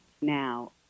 now